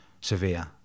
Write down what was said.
severe